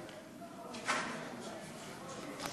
והוא מייצג את